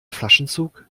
flaschenzug